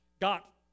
got